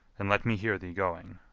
and let me hear thee going.